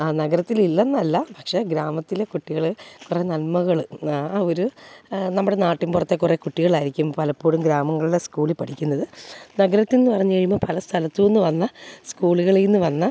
ആ നഗരത്തിലില്ലെന്നല്ല പക്ഷെ ഗ്രാമത്തിലെ കുട്ടികള് കുറേ നന്മകള് ആ ഒരു നമ്മടെ നാട്ടിൻപുറത്തെ കുറേ കുട്ടികളായിരിക്കും പലപ്പോഴും ഗ്രാമങ്ങളിലെ സ്കൂളില് പഠിക്കുന്നത് നഗരത്തിലെന്നു പറഞ്ഞു കഴിയുമ്പോള് പല സ്ഥലത്തനിന്നു വന്ന സ്കൂളുകളില്നിന്നു വന്ന